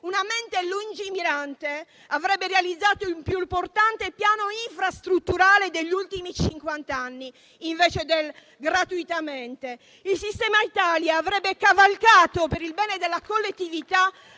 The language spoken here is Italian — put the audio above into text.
Una mente lungimirante avrebbe realizzato il più importante piano infrastrutturale degli ultimi cinquant'anni, invece del "gratuitamente". Il sistema Italia avrebbe cavalcato, per il bene della collettività,